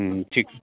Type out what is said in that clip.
हूं ठीकु